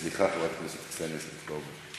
סליחה, חברת הכנסת קסניה סבטלובה.